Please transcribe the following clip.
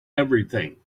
everything